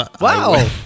Wow